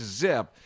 zip